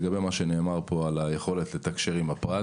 לגבי מה שנאמר פה על היכולת לתקשר עם הפרט